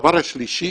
והדבר השלישי